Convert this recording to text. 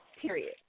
period